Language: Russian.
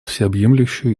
всеобъемлющую